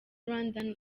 rwandan